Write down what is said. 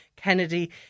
Kennedy